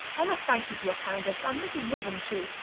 i must thank you for your kindness and mrs. witham too,